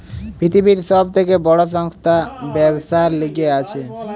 পৃথিবীর সব থেকে বড় সংস্থা ব্যবসার লিগে আছে